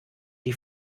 die